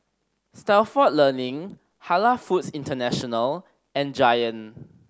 Stalford Learning Halal Foods International and Giant